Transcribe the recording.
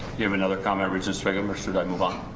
you have another comment regent sviggum or should i move on?